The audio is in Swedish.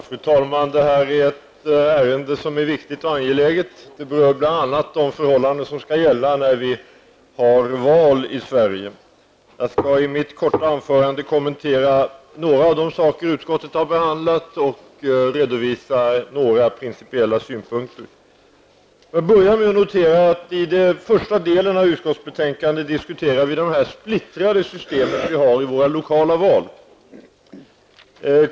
Fru talman! Detta är ett ärende som är viktigt och angeläget. Det berör bl.a. de förhållanden som skall gälla när vi har val i Sverige. Jag skall i mitt korta anförande kommentera några av de saker som utskottet har behandlat och redovisa några principiella synpunkter. Till en början noterar jag att utskottet i första delen av utskottsbetänkandet diskuterar det splittrade system vi har i våra lokala val.